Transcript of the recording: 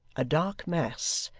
a dark mass,